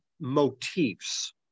motifs